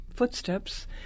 footsteps